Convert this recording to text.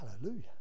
hallelujah